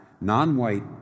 non-white